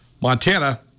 Montana